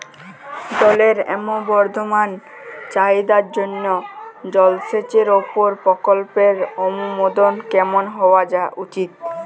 জলের ক্রমবর্ধমান চাহিদার জন্য জলসেচের উপর প্রকল্পের অনুমোদন কেমন হওয়া উচিৎ?